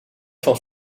van